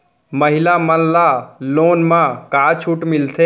महिला मन ला लोन मा का छूट मिलथे?